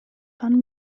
pan